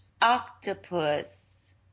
octopus